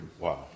Wow